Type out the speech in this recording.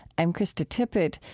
i'm krista tippett.